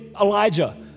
Elijah